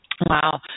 Wow